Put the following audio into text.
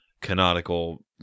canonical